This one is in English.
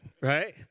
right